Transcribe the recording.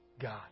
God